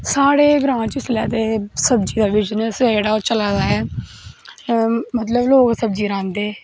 साढ़े ग्रांऽ इसलै ते सब्जी दा बिजनस ऐ जेह्ड़ा ओह् चला दा ऐ मतलव लोग सब्जी रहांदे